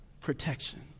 protection